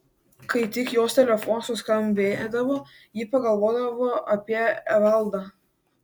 kai tik jos telefonas suskambėdavo ji pagalvodavo apie evaldą